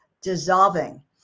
dissolving